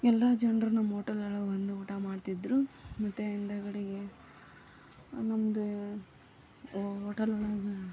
ಎಲ್ಲ ಜನರು ನಮ್ಮ ಓಟಲ್ನಾಗ ಬಂದು ಊಟ ಮಾಡ್ತಿದ್ದರು ಮತ್ತು ಹಿಂದುಗಡೆಗೆ ನಮ್ಮದೇ ಓಟಲ್ ಒಳಗೆ